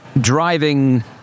driving